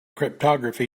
cryptography